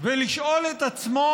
ולשאול את עצמו: